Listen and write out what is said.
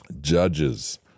Judges